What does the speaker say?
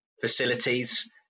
facilities